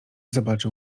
zobaczył